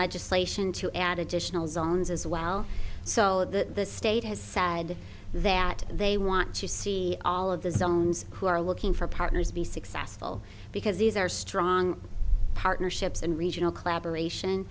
legislation to add additional zones as well so that the state has said that they want to see all of the zones who are looking for partners be successful because these are strong partnerships and regional collaboration